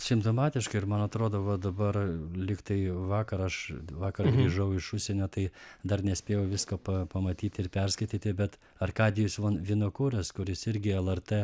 simptomatiška ir man atrodo va dabar lyg tai vakar aš vakar grįžau iš užsienio tai dar nespėjau visko pa pamatyti ir perskaityti bet arkadijus van vinokuras kuris irgi lrt